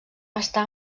està